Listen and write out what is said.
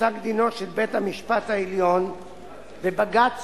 בפסק-דינו של בית-המשפט העליון בבג"ץ